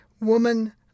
woman